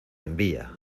envía